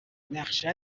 نقشت